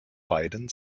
beiden